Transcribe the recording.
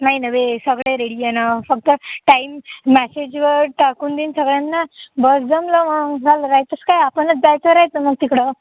नाही नवे सगळे रेडी आहे ना फक्त टाइम मॅसेजवर टाकून देईन सगळ्यांना मग जमलं मग झालं राहतेस काय आपणच जायचं राहायचं मग तिकडं